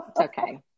okay